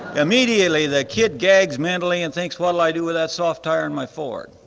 immediately the kid gags mentally and thinks what'll i do with that soft tire in my ford,